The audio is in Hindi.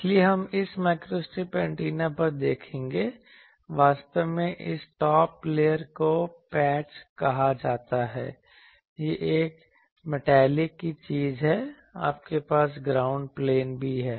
इसलिए अब हम इस माइक्रोस्ट्रिप एंटीना पर देखेंगे वास्तव में इस टॉप लेयर को पैच कहा जाता है यह एक मेटालिक की चीज है आपके पास ग्राउंड प्लेन भी है